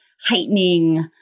heightening